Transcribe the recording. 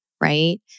right